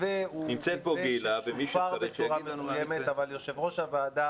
המתווה שופר בצורה מסוימת אבל יושב ראש הוועדה